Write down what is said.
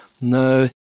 no